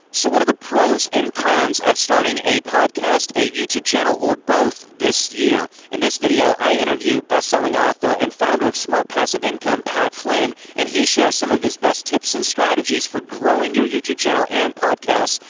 so what are the pros and cons of starting a podcast, a youtube channel, or both this year? in this video, i interview bestselling author and founder of smart passive income, pat flynn, and he shares some of his best tips and strategies for growing your youtube channel and podcast.